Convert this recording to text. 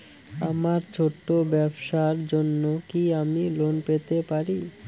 আমার ছোট্ট ব্যাবসার জন্য কি আমি লোন পেতে পারি?